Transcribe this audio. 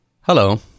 Hello